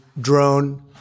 drone